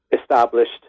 established